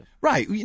Right